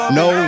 no